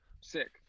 sick